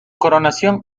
coronación